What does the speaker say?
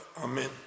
Amen